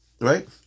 Right